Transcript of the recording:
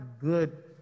good